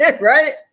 right